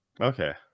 Okay